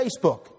Facebook